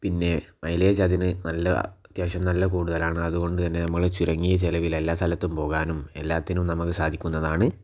പിന്നെ മൈലേജ് അതിന് നല്ല അത്യാവശ്യം നല്ല കൂടുതലാണ് അതുകൊണ്ടു തന്നെ നമ്മള് ചുരുങ്ങിയ ചിലവിൽ എല്ലാ സ്ഥലത്തും പോകാനും എല്ലാത്തിനും നമുക്ക് സാധിക്കുന്നതാണ്